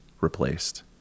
replaced